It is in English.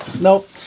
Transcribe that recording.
nope